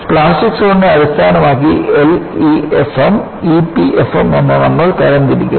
plastic സോണിനെ അടിസ്ഥാനമാക്കി LEFM EPFM എന്നിവയെ നമ്മൾ തരംതിരിക്കും